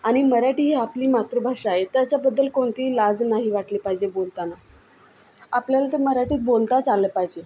आणि मराठी ही आपली मातृभाषा आहे त्याच्याबद्दल कोणतीही लाज नाही वाटली पाहिजे बोलताना आपल्याला तर मराठीत बोलताच आलं पाहिजे